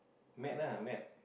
mad ah mad